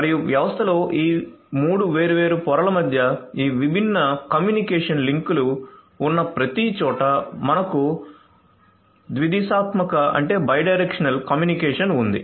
మరియు వ్యవస్థలో ఈ 3 వేర్వేరు పొరల మధ్య ఈ విభిన్న కమ్యూనికేషన్ లింకులు ఉన్న ప్రతిచోటా మనకు ద్వి దిశాత్మక కమ్యూనికేషన్ ఉంది